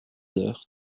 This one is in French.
heures